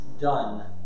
done